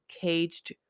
caged